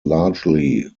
largely